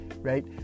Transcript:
right